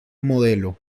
modelo